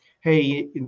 hey